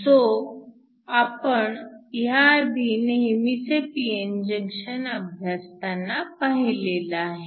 तो आपण ह्याआधी नेहमीचे pn जंक्शन अभ्यासताना पाहिलेला आहे